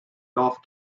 golf